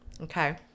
Okay